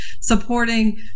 Supporting